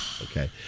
Okay